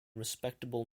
respectable